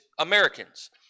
Americans